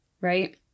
Right